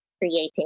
creating